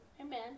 Amen